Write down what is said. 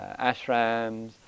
ashrams